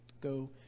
go